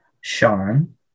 Sean